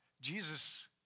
Jesus